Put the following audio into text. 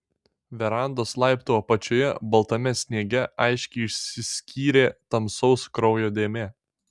verandos laiptų apačioje baltame sniege aiškiai išsiskyrė tamsaus kraujo dėmė